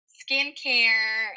skincare